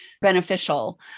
beneficial